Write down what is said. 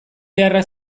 beharra